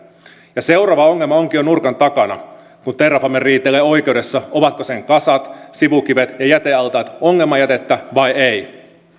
seuraava ongelma onkin jo nurkan takana kun terrafame riitelee oikeudessa ovatko sen kasat sivukivet ja jätealtaat ongelmajätettä vai ei